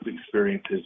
experiences